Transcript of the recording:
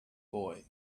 boy